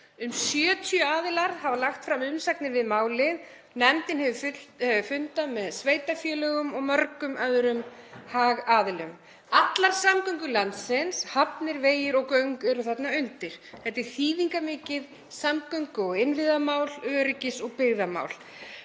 Um 70 aðilar hafa lagt fram umsagnir við málið. Nefndin hefur fundað með sveitarfélögum og mörgum öðrum hagaðilum. Allar samgöngur landsins, hafnir, vegir og göng, eru þarna undir. Þetta er þýðingarmikið samgöngu- og innviðamál, öryggis- og byggðamál.